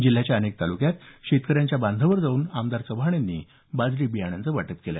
जिल्ह्यातल्या अनेक तालुक्यांत शेतकऱ्यांच्या बांधावर जावून आमदार चव्हाण यांनी बाजरी बियाण्यांचं वाटप केलं